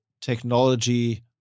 technology